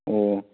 ꯑꯣ